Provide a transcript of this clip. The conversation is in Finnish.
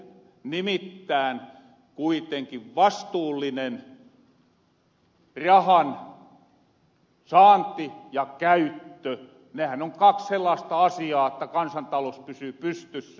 nimittään kuitenkin vastuullinen rahansaanti ja käyttö nehän on kaks sellaasta asiaa että kansantalous pysyy pystyssä